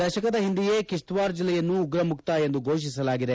ದಶಕದ ಹಿಂದೆಯೇ ಕಿಶ್ನ್ವಾರ್ ಜಿಲ್ಲೆಯನ್ನು ಉಗ್ರ ಮುಕ್ತ ಎಂದು ಘೋಷಿಸಲಾಗಿದೆ